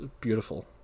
beautiful